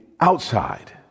outside